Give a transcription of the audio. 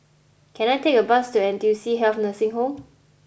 can I take a bus to N T U C Health Nursing Home